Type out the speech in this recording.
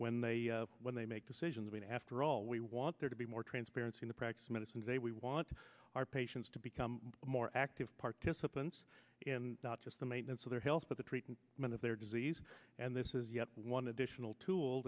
when they when they make decisions i mean after all we want there to be more transparency in the practice of medicine today we want our patients to become more active participants in not just the maintenance of their health but the treatment of their disease and this is yet one additional tool